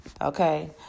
Okay